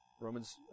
Romans